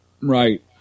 Right